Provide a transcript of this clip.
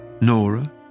Nora